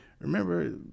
remember